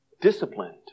disciplined